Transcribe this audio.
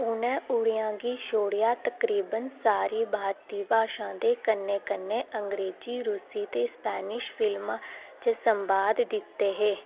उ'नें उड़िया गी छोड़ेआ तकरीबन सारी भारती भाषां दे कन्नै कन्नै अंग्रेजी रूसी ते स्पेनिश फिल्मां च संवाद दित्ते हे